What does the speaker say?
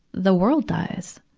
the world dies.